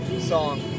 song